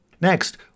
Next